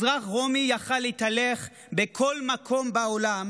אזרח רומי יכול היה להתהלך בכל מקום בעולם